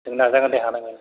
जों नाजागोन दे हानायमानि